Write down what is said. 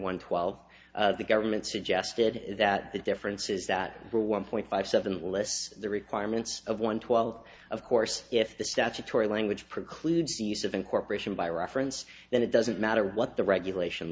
one twelve the government suggested that the differences that are one point five seven less the requirements of one twelfth of course if the statutory language precludes the use of incorporation by reference then it doesn't matter what the regulation